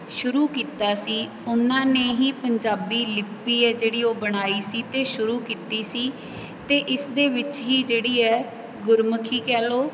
ਸ਼ੁਰੂ ਕੀਤਾ ਸੀ ਉਹਨਾਂ ਨੇ ਹੀ ਪੰਜਾਬੀ ਲਿਪੀ ਹੈ ਜਿਹੜੀ ਉਹ ਬਣਾਈ ਸੀ ਅਤੇ ਸ਼ੁਰੂ ਕੀਤੀ ਸੀ ਅਤੇ ਇਸ ਦੇ ਵਿੱਚ ਹੀ ਜਿਹੜੀ ਹੈ ਗੁਰਮੁਖੀ ਕਹਿ ਲਓ